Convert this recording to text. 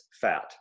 fat